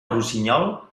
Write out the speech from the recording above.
rossinyol